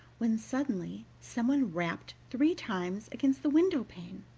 when suddenly some one rapped three times against the window-pane.